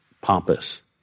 pompous